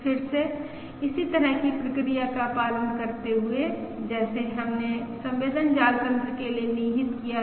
फिर से इसी तरह की प्रक्रिया का पालन करते हुए जैसे हमने संवेदन जाल तंत्र के लिए निहित किया है